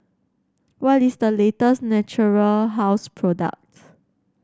what is the latest Natura House product